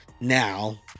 now